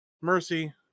Mercy